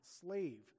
slave